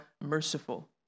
merciful